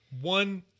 One